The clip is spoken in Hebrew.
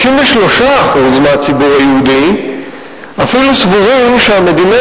53% מהציבור היהודי אפילו סבורים שהמדינה